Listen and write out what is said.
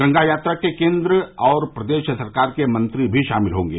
गंगा यात्रा में केन्द्र और प्रदेश सरकार के मंत्री भी शामिल होंगे